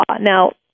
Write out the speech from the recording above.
Now